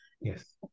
Yes